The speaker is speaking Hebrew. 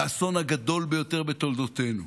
לאסון הגדול ביותר בתולדותינו.